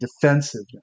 defensiveness